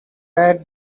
red